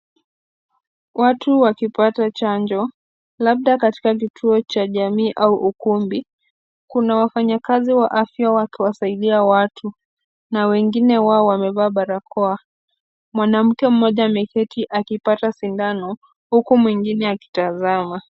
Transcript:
Watu wakipata chanjo labda katika kituo cha jamii au ukumbi. Kuna wafanyakazi wa afya wakiwasaidia watu na wengine wao wamevaa barakoa. Mwanamke mmoja ameketi akipata sindano huku mwengine akitazama.